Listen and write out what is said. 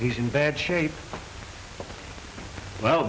he's in bad shape well